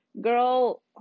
girl